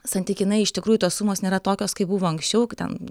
santykinai iš tikrųjų tos sumos nėra tokios kaip buvo anksčiau ten